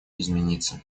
измениться